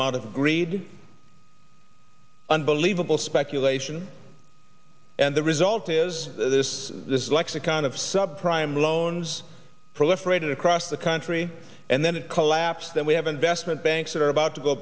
amount of greed unbelievable speculation and the result is this this lexicon of sub prime loans proliferate across the country and then it collapse that we have investment banks that are about to go